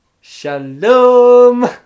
shalom